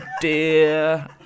dear